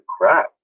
crap